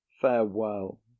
Farewell